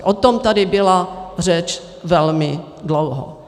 O tom tady byla řeč velmi dlouho.